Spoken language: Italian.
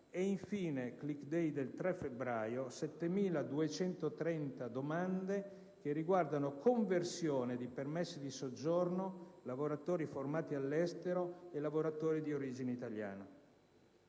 badanti (*click day* del 2 febbraio); le restanti 7.230 domande riguardano conversioni di permesso di soggiorno, lavoratori formati all'estero e lavoratori di origine italiana